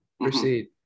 proceed